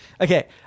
Okay